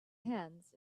hands